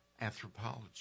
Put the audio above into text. anthropology